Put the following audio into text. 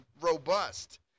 robust